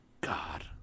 God